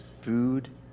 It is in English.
food